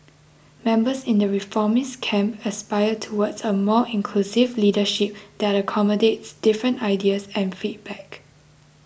members in the reformist camp aspire towards a more inclusive leadership that accommodates different ideas and feedback